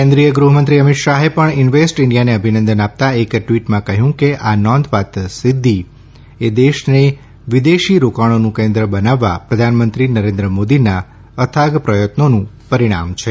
કેન્દ્રીય ગૃહમંત્રી અમીત શાહે પણ ઇન્વેસ્ટ ઇન્ડિયાને અભિનંદન આપતા એક ટવીટમાં કહયું કે આ નોંધપાત્ર સિધ્ધિ દેશને વિદેશી રોકાણોનું કેન્દ્ર બનાવવા પ્રધાનમંત્રી નરેન્દ્ર મોદીના અથાગ પ્રથત્નોનું પરીણામ છે